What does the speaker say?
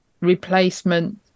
replacement